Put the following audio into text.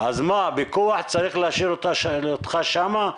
אז מה, בכוח צריך להשאיר אותך שם?